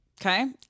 Okay